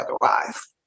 otherwise